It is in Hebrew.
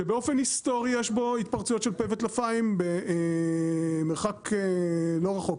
שבאופן היסטורי יש בו התפרצויות של פה וטלפיים במרחק לא רחוק,